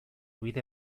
bide